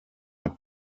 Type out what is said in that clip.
hat